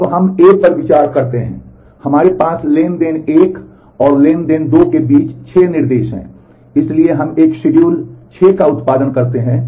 अब हम ए पर विचार करते हैं हमारे पास ट्रांज़ैक्शन 1 और ट्रांज़ैक्शन 2 के बीच 6 निर्देश हैं